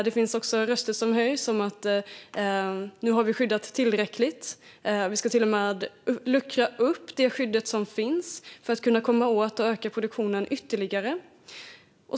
Det höjs också röster för att Sverige har skyddat tillräckligt mycket skog. Man vill till och med luckra upp det skydd som finns för att kunna komma åt mer och öka produktionen ytterligare.